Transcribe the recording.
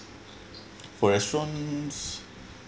for restaurants